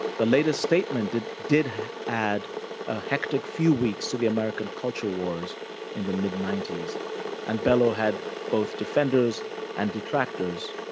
the latest statement did did add a hectic few weeks to the american culture wars in the mid ninety s and bellow had both defenders and detractors.